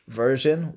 version